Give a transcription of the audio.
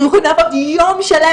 אנחנו יכולים לעבוד יום שלם,